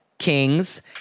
kings